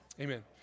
Amen